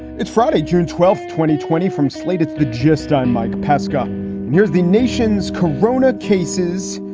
it's friday, june twelfth, twenty twenty from slate, it's the gist. i'm mike pesca. and here's the nation's korona cases.